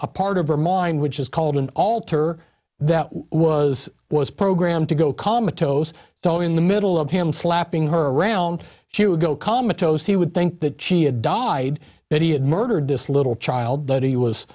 a part of her mind which is called an alter that was was programmed to go comma tows so in the middle of him slapping her around she would go comment towse he would think that she had died that he had murdered this little child that he